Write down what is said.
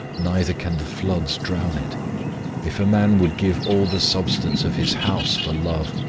neither can the floods drown it if a man would give all the substance of his house for love,